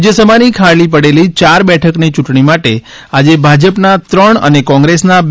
રાજ્સભાની ખાલી પડેલી ચાર બેઠકોની ચૂંટણી માટે આજે ભાજપના ત્રણ અને કોગ્રેસના બે